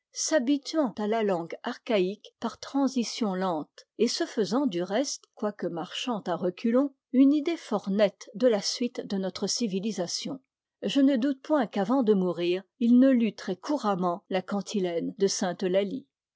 suite s'habituant à la langue archaïque par transitions lentes et se faisant du reste quoique marchant à reculons une idée fort nette de la suite de notre civilisation je ne doute point qu'avant de mourir il ne lût très couramment la cantilène de